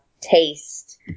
taste